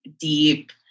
deep